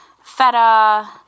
Feta